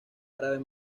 árabes